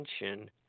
attention